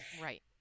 Right